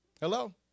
Hello